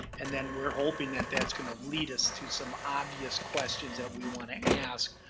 and then we're hoping that that's gonna lead us to some obvious questions that we want to ask.